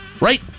right